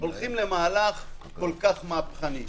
הולכים למהלך כה מהפכני.